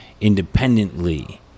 independently